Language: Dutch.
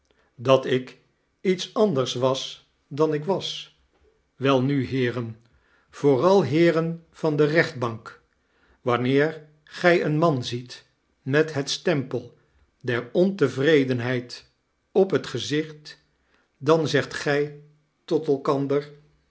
dat ik iete anders was dan ik was welnu heeren vooral heeren van de rechtbank wanneer gij een man ziet met het stempel der ontevredenheid op het gezicht dan zegt gij tot